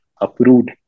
approved